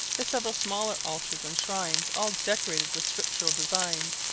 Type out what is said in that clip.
the several smaller altars and shrines, all decorated with scriptural designs,